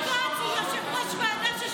למה אתה אומר את זה?